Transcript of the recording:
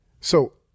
So-